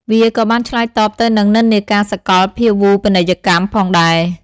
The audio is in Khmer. វាក៏បានឆ្លើយតបទៅនឹងនិន្នាការសកលភាវូបនីយកម្មផងដែរ។